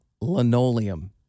linoleum